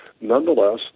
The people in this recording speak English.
Nonetheless